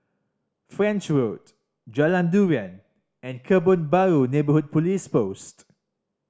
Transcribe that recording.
French Road Jalan Durian and Kebun Baru Neighbourhood Police Post